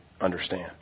understand